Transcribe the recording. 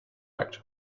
correct